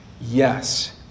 yes